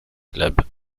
club